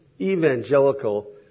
evangelical